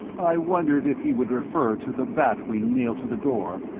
i wondered if he would refer to the bat wing nailed to the door,